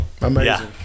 Amazing